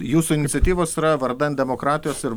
jūsų iniciatyvos yra vardan demokratijos ir